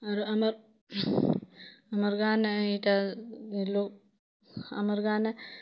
ଆରୁ ଆମର୍ ଆମର୍ ଗାଁ'ନେ ଇ'ଟା ଲୋକ୍ ଆମର୍ ଗାଁ'ନେ